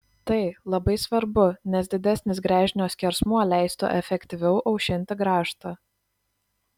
tai labai svarbu nes didesnis gręžinio skersmuo leistų efektyviau aušinti grąžtą